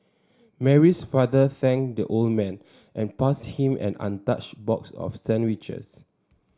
Mary's father thanked the old man and passed him an untouched box of sandwiches